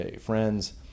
Friends